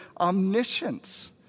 omniscience